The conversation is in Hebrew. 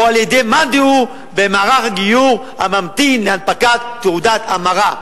על-ידי מאן דהוא במערך הגיור הממתין להנפקת תעודת המרה,